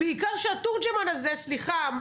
בעיקר שהתורג'מן הזה סליחה,